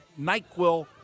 NyQuil